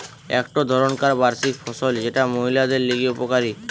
একটো ধরণকার বার্ষিক ফসল যেটা মহিলাদের লিগে উপকারী